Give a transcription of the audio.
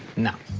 no.